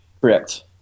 Correct